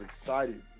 excited